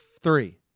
Three